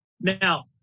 Now